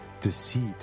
deceit